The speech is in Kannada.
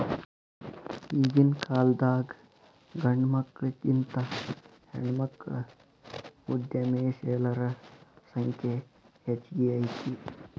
ಈಗಿನ್ಕಾಲದಾಗ್ ಗಂಡ್ಮಕ್ಳಿಗಿಂತಾ ಹೆಣ್ಮಕ್ಳ ಉದ್ಯಮಶೇಲರ ಸಂಖ್ಯೆ ಹೆಚ್ಗಿ ಐತಿ